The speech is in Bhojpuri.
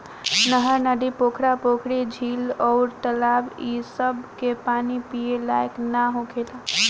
नहर, नदी, पोखरा, पोखरी, झील अउर तालाब ए सभ के पानी पिए लायक ना होखेला